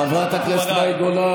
חברת הכנסת מאי גולן,